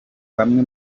bamwe